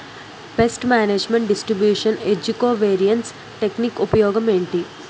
paste management distribution ఏజ్జి covariance technique ఉపయోగం ఏంటి